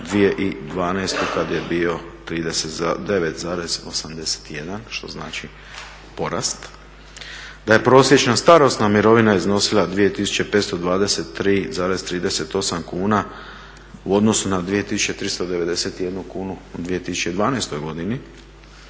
na 2012. kad je bio 39,81 što znači porast. Da je prosječna starosna mirovina iznosila 2523,38 kuna u odnosu na 2391 kunu u 2012. godini